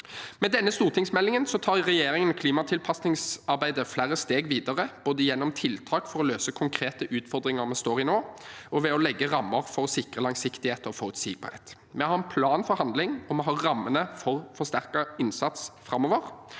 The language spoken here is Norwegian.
Med denne stortingsmeldingen tar regjeringen klimatilpasningsarbeidet flere steg videre, både gjennom tiltak for å løse konkrete utfordringer vi står i nå, og ved å legge rammer for å sikre langsiktighet og forutsigbarhet. Vi har en plan for handling, og vi har rammene for forsterket innsats framover.